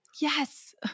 yes